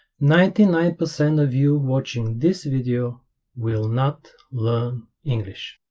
ninety nine percent of you watching this video will not learn english